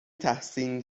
تحسین